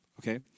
okay